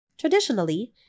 Traditionally